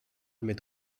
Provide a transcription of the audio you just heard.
mit